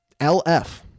LF